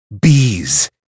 Bees